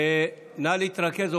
נא להתרכז.